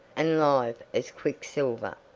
and live as quicksilver,